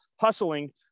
hustling